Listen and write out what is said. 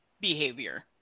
behavior